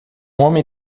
homem